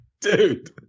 Dude